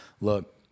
look